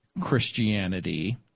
Christianity